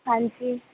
ਹਾਂਜੀ